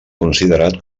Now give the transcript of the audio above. considerat